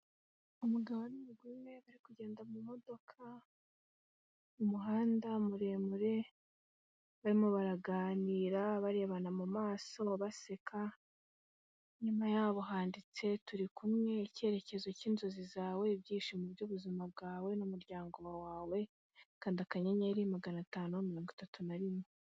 Umugabo n'umugore we bari kugenda mu modoka, umuhanda muremure barimo baraganira barebana mu maso baba baseka, inyuma yabo handitse turi kumwe ikerekezo kinzozi zawe, ibyishimo by'ubuzima bwawe n'umuryango wawe, kanda kanyenyeri magana atanu mirongo itatu na rimwe.